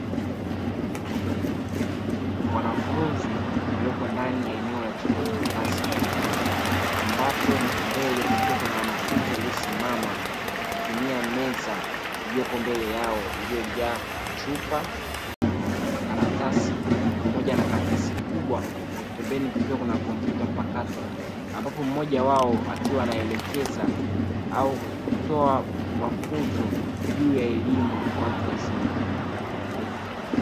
Wanafunzi walioko ndani ya eneo la chumba cha darasa. Ambapo mbele kukiwa kuna wanafunzi waliosimama wakitumia meza iliyopo mbele yao iliyojaa chupa, makaratasi pamoja karatasi kubwa pembeni kukiwa kuna kompyuta mpakato. Ambapo mmoja wao akiwa anaelekeza au kutoa mafunzo juu ya elimu watu wazima.